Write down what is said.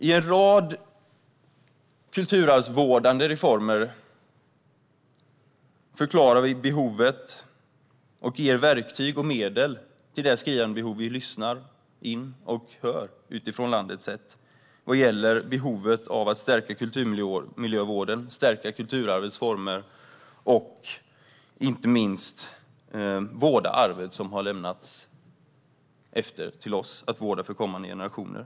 I en rad kulturarvsvårdande reformer förklarar vi vad som behövs och ger verktyg och medel till de skriande behov som vi har lyssnat in utifrån landet att stärka kulturmiljövård och kulturarvets former och att vårda det arv som har lämnats till oss för kommande generationer.